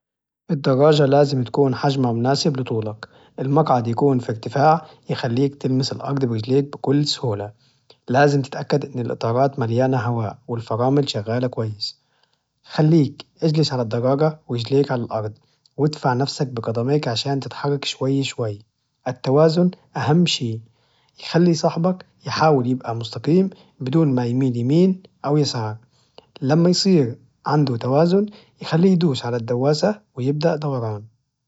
الدراجة لازم تكون حجمها مناسب لطولك، المقعد يكون في ارتفاع يخليك تلمس الأرض برجليك بكل سهولة، لازم تتأكد أن الإطارات مليانة هواء، والفرامل شغالة كويس، خليك اجلس على الدراجة ورجليك على الأرض وادفع نفسك بقدميك عشان تتحرك شوي شوي، التوازن أهم شي يخلي صاحبك يحاول يبقى مستقيم بدون ما يميل يمين أو يسار، لما يصير عنده توازن خليه يدوس على الدواسة ويبدأ دوران.